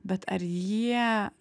bet ar jie